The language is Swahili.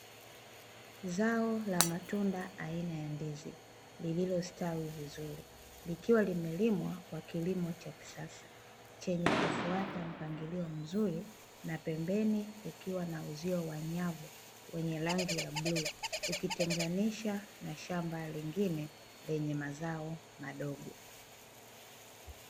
Zao la matunda aina ya ndizi lililostawi vizuri, likiwa limelimwa kwa kilimo cha kisasa chenye kufuata mpangilio mzuri, na pembeni kukiwa na uzio wa nyavu wenye rangi ya bluu ukitenganisha na shamba lingine lenye mazao madogo.